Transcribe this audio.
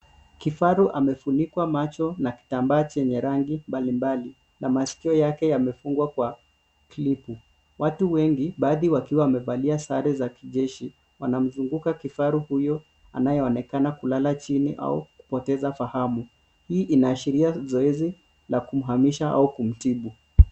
Kifaru amefunikwa macho na kitambaa chenye rangi mbalimbali na masikio yake yamefungwa kwa klipu. Watu wengi baadhi wakiwa wamevalia sare za kijeshi wanamzunguka kifaru huyo anayeonekana kulala chini au kupoteza fahamu. Hii inaashiria zoezi la kumhamisha au kumtibu.